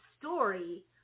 story